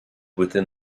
within